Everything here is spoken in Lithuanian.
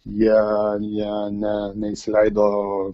jie jie ne neįsileido